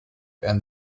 and